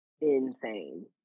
insane